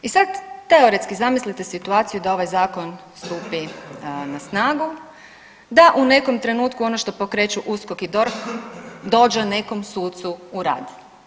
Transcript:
I sad teoretski zamislite situaciju da ovaj zakon stupi na snagu, da u nekom trenutku ono što pokreću USKOK i DORH dođe nekom sucu u rad.